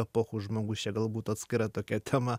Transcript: epochų žmogus čia galbūt atskira tokia tema